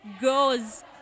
girls